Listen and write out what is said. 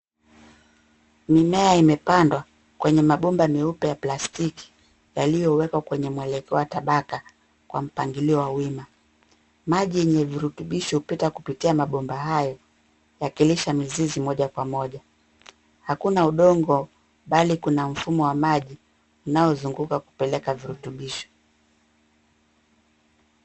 Mimea imepandwa kwenye mabomba meupe ya plastiki yaliyowekwa kwenye mwelekeo wa tabaka kwa mpangilio wa wima. Maji yenye virutubisho hupita kupitia mabomba hayo yakilisha mizizi moja kwa moja. Hakuna udongo, bali kuna mfumo wa maji unaozunguka kupeleka virutubisho.